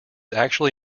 actually